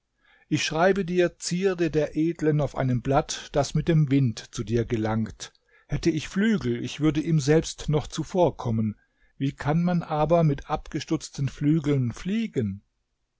ich schreibe dir zierde der edlen auf einem blatt das mit dem wind zu dir gelangt hätte ich flügel ich würde ihm selbst noch zuvorkommen wie kann man aber mit abgestutzten flügeln fliegen